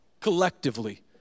collectively